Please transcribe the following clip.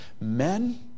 men